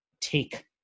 take